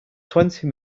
twenty